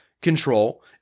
control